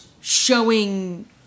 showing